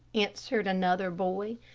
answered another boy.